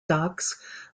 docks